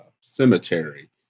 cemetery